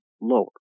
lower